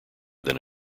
than